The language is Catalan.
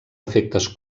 efectes